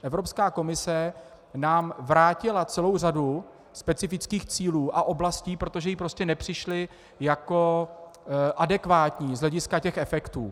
Evropská komise nám vrátila celou řadu specifických cílů a oblastí, protože jí prostě nepřišly jako adekvátní z hlediska těch efektů.